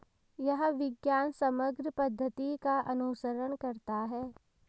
यह विज्ञान समग्र पद्धति का अनुसरण करता है